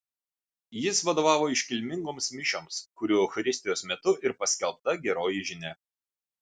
jis vadovavo iškilmingoms mišioms kurių eucharistijos metu ir paskelbta geroji žinia